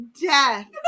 death